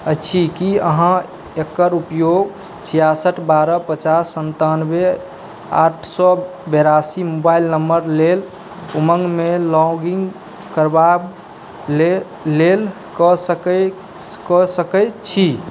अछि कि अहाँ एकर उपयोग छिआसठ बारह पचास सनतानवे आठ सओ बेरासी मोबाइल नम्बर लेल उमङ्गमे लॉगिन करबाके लेल कऽ सकै छी